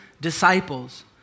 disciples